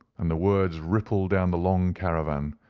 and the words rippled down the long caravan,